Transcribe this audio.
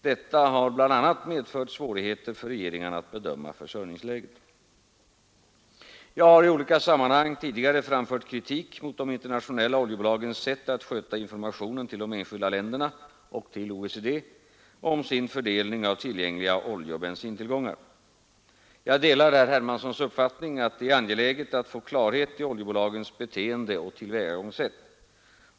Detta har bl.a. medfört svårigheter för regeringarna att bedöma försörjningsläget. Jag har i olika sammanhang tidigare framfört kritik mot de internationella oljebolagens sätt att sköta informationen till de enskilda länderna och till OECD om sin fördelning av tillgängliga oljeoch bensintillgångar. Jag delar herr Hermanssons uppfattning att det är angeläget att få klarhet i oljebolagens beteende och tillvägagångssätt.